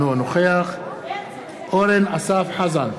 אינו נוכח אורן אסף חזן,